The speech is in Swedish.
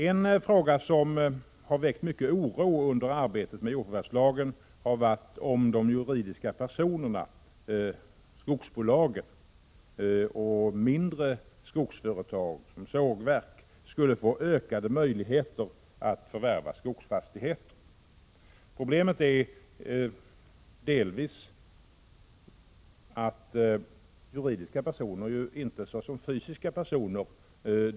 En fråga som har väckt mycken oro under arbetet med jordförvärvslagen har gällt om juridiska personer, skogsbolag och mindre skogsföretag, såsom sågverk, skulle få ökade möjligheter att förvärva skogsfastigheter. Problemet är delvis att juridiska personer inte dör, såsom fysiska personer.